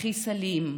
אחי סלים,